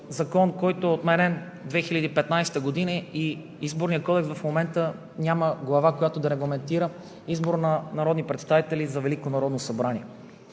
който е отменен през 2015 г. и Изборният кодекс в момента няма глава, която да регламентира избор на народни представители за